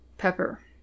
Pepper